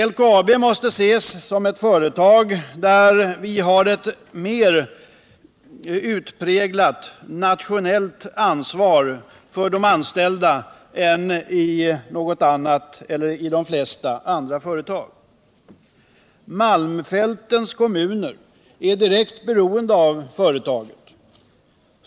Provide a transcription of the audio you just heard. LKAB måste sesssom ett företag där vi har ett mer utpräglat nationellt ansvar för de anställda än vi har i de flesta andra företag. Malmfältens kommuner är direkt beroende av företaget.